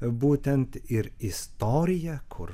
būtent ir istorija kur